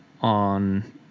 on